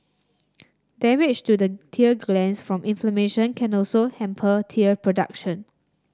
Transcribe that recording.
damage to the tear glands from inflammation can also hamper tear production